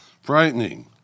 frightening